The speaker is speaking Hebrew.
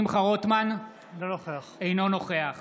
אינו נוכח